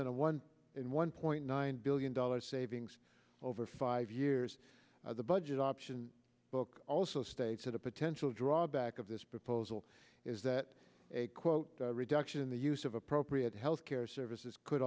in a one in one point nine billion dollars savings over five years the budget option book also states that a potential drawback of this proposal is that a quote reduction in the use of appropriate health care services could